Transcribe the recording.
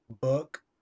Book